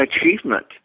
achievement